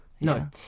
No